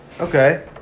Okay